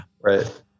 Right